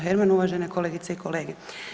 Herman, uvažene kolegice i kolege.